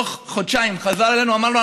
תוך חודשיים הוא חזר אלינו ואמר,